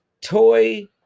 Toy